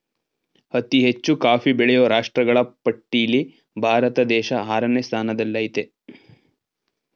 ಅತಿ ಹೆಚ್ಚು ಕಾಫಿ ಬೆಳೆಯೋ ರಾಷ್ಟ್ರಗಳ ಪಟ್ಟಿಲ್ಲಿ ಭಾರತ ದೇಶ ಆರನೇ ಸ್ಥಾನದಲ್ಲಿಆಯ್ತೆ